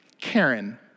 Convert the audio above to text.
Karen